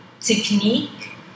technique